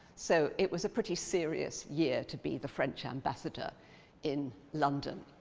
so it was a pretty serious year to be the french ambassador in london.